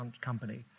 company